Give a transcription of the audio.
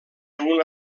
una